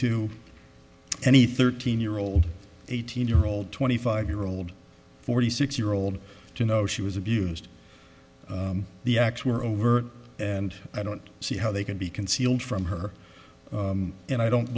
to any thirteen year old eighteen year old twenty five year old forty six year old to know she was abused the acts were over and i don't see how they can be concealed from her and i don't